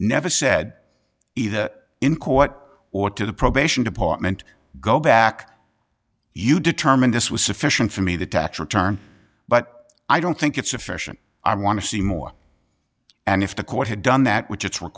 never said either in court or to the probation department go back you determine this was sufficient for me the tax return but i don't think it's sufficient i want to see more and if the court had done that which